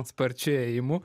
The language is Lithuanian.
sparčiu ėjimu